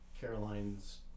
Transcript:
Caroline's